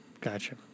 gotcha